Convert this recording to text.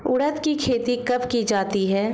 उड़द की खेती कब की जाती है?